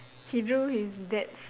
he drew his dad's